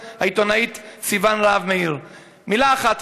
העיתונאית סיון רהב מאיר: "מילה אחת,